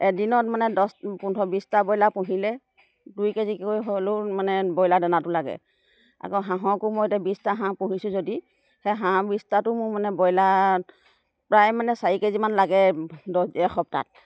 এদিনত মানে দহ পোন্ধৰ বিছটা ব্ৰইলাৰ পুহিলে দুই কে জিকৈ হ'লেও মানে ব্ৰইলাৰ দনাটো লাগে আকৌ হাঁহকো মই এতিয়া বিছটা হাঁহ পুহিছোঁ যদি সেই হাঁহ বিছটাটো মোৰ মানে ব্ৰইলাৰত প্ৰায় মানে চাৰি কে জিমান লাগে দহ এসপ্তাহ